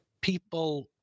people